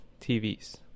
TVs